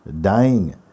dying